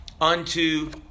unto